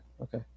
Okay